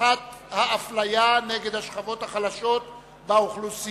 הנצחת האפליה נגד השכבות החלשות באוכלוסייה.